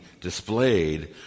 displayed